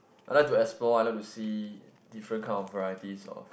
I like to explore I like see different kind of varieties of